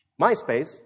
MySpace